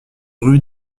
rue